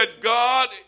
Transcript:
God